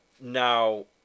Now